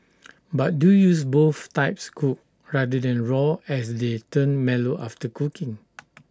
but do use both types cooked rather than raw as they turn mellow after cooking